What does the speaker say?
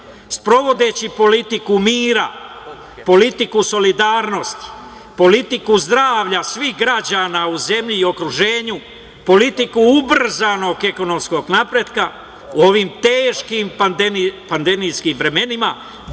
sprovodeći politiku mire, politiku solidarnosti, politiku zdravlja svih građana u zemlji i okruženju, politiku ubrzanog ekonomsko napretka u ovim teškim pandemijskim vremenima,